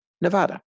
Nevada